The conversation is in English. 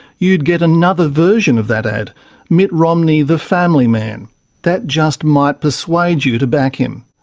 you'd get another version of that ad mitt romney, the family man that just might persuade you to back him.